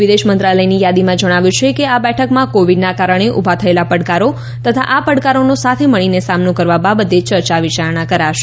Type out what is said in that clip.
વિદેશમંત્રાલયની યાદીમાં જણાવ્યું છે કે આ બેઠકમાં કોવિડના કારણે ઊભા થયેલા પડકારો તથા આ પડકારોનો સાથે મળીને સામનો કરવા બાબતે ચર્ચા વિચારણા કરાશે